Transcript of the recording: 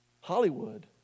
Hollywood